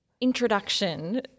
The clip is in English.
introduction